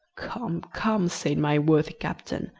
come, come said my worthy captain,